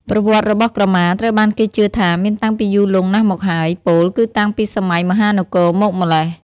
ប្រវត្តិរបស់ក្រមាត្រូវបានគេជឿថាមានតាំងពីយូរលង់ណាស់មកហើយ ពោលគឺតាំងពីសម័យមហានគរមកម្ល៉េះ។